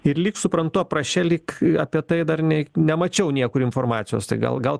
ir lyg suprantu apraše lyg apie tai dar neik nemačiau niekur informacijos tai gal gal